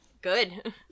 Good